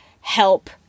help